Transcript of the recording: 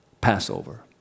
Passover